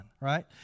right